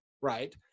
right